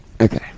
Okay